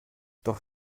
doch